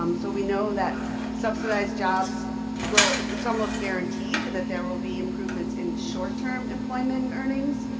um so we know that subsidized jobs will, it's almost guaranteed that there will be improvements in short term employment earnings,